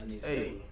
Hey